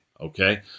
okay